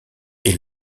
est